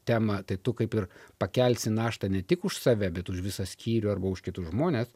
temą tai tu kaip ir pakelsi naštą ne tik už save bet už visą skyrių arba už kitus žmones